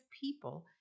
people